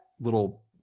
little